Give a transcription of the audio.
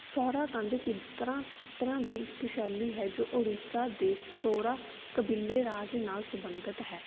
ਸਾਹੋਰਾ ਕੰਧ ਚਿੱਤਰਾਂ ਚਿੱਤਰਾਂ ਦੀ ਇੱਕ ਸ਼ੈਲੀ ਹੈ ਜੋ ਉੜੀਸਾ ਦੇ ਸਾਹੋਰਾ ਕਬੀਲੇ ਰਾਜ ਨਾਲ ਸੰਬੰਧਿਤ ਹੈ